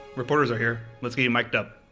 reporters are here. let's get you miced up.